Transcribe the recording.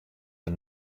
der